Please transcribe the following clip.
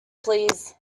please